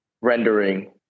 rendering